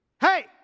hey